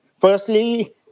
Firstly